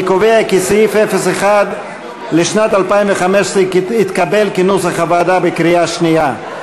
אני קובע כי סעיף 01 לשנת 2015 התקבל כנוסח הוועדה בקריאה שנייה.